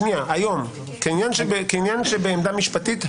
היום כעניין שבעמדה משפטית,